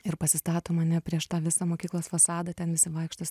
ir pasistato mane prieš tą visą mokyklos fasadą ten visi vaikšto